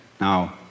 Now